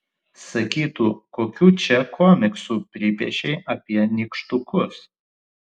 sakytų kokių čia komiksų pripiešei apie nykštukus